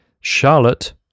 Charlotte